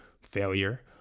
failure